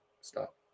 stop